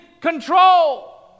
control